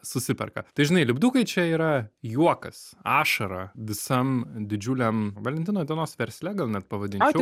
susiperka tai žinai lipdukai čia yra juokas ašara visam didžiuliam valentino dienos versle gal net pavadinčiau